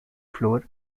flour